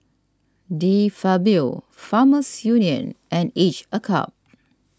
De Fabio Farmers Union and Each a Cup